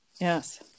yes